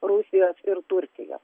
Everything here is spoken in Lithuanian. rusijos ir turkijo